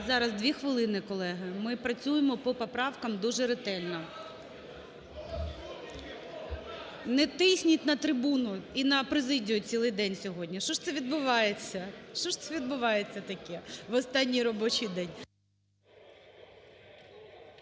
Зараз, дві хвилини, колеги. Ми працюємо по поправкам дуже ретельно. Не тисніть на трибуну і на президію цілий день сьогодні. Що ж це відбувається? Що ж це відбувається таке в останній робочий день?